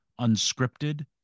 unscripted